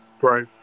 Right